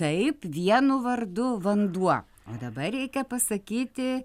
taip vienu vardu vanduo o dabar reikia pasakyti